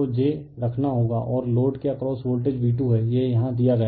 को j रखना होगा और लोड के अक्रॉस वोल्टेज V2 है यह यहां दिया गया है